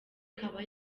ikaba